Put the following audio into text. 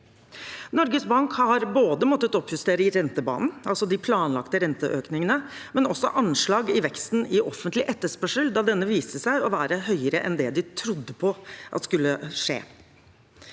Norges Bank har måttet oppjustere både rentebanen, altså de planlagte renteøkningene, og anslagene for veksten i offentlig etterspørsel, da denne viste seg å være høyere enn det de trodde. I tillegg